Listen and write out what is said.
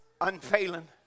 Unfailing